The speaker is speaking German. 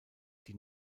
die